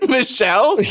Michelle